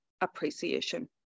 appreciation